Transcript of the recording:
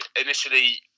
initially